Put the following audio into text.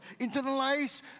Internalize